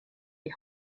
die